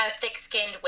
thick-skinned